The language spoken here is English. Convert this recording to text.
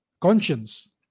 conscience